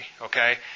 okay